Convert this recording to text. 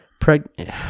pregnant